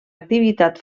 activitat